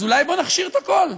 אז אולי בואו נכשיר את הכול.